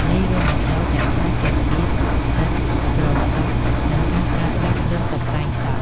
នេះរួមបញ្ចូលទាំងការចេះកៀប សិត ក្រងសក់ និងការប្រើប្រាស់គ្រឿងតុបតែងសក់។